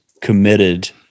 committed